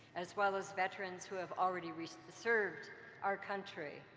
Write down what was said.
as well as veterans who have already served our country.